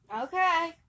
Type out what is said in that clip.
Okay